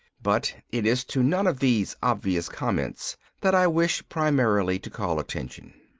but it is to none of these obvious comments that i wish primarily to call attention.